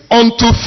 unto